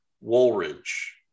Woolridge